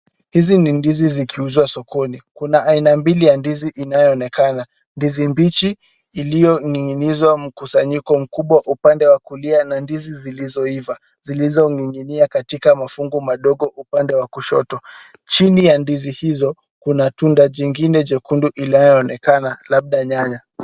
Hizi ni ndizi zikiuzwa sokoni. Kuna aina mbili ya ndizi inayoonekana. Ndizi mbichi iliyoning'inizwa mkusanyiko mkubwa upande wa kulia na ndizi zilizoiva. Zilizoning'inizwa katika mafungu madogo upande wa kushoto. Chini ya ndizi hizo, kuna tunda jingine jekundu inayoonekana labda nyanya.